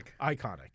Iconic